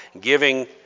giving